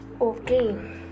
okay